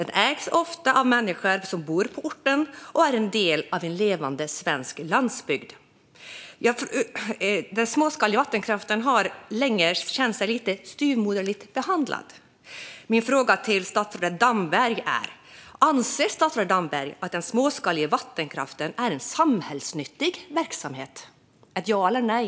Den ägs ofta av människor som bor på orten, och den är en del av levande svensk landsbygd. Den småskaliga vattenkraften har länge känt sig lite styvmoderligt behandlad. Min fråga till statsrådet Damberg är: Anser statsrådet att den småskaliga vattenkraften är en samhällsnyttig verksamhet? Jag vill gärna ha ett ja eller nej.